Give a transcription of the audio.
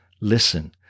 Listen